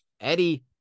Eddie